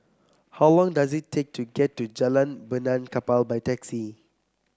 how long does it take to get to Jalan Benaan Kapal by taxi